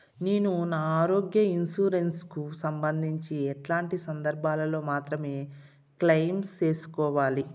నేను నా ఆరోగ్య ఇన్సూరెన్సు కు సంబంధించి ఎట్లాంటి సందర్భాల్లో మాత్రమే క్లెయిమ్ సేసుకోవాలి?